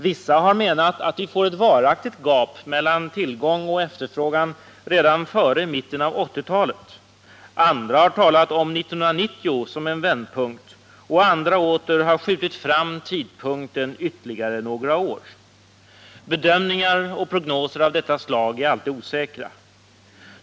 Vissa har menat att vi får ett varaktigt gap mellan tillgång och efterfrågan redan före mitten av 1980-talet, andra har talat om 1990 som en vändpunkt och andra åter har skjutit fram tidpunkten ytterligare några år. Bedömningar och prognoser av detta slag är alltid osäkra.